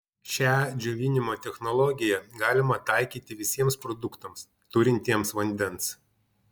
šią džiovinimo technologiją galima taikyti visiems produktams turintiems vandens